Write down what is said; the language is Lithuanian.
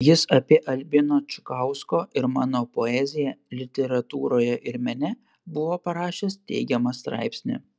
jis apie albino čukausko ir mano poeziją literatūroje ir mene buvo parašęs teigiamą straipsnį